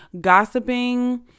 Gossiping